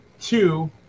two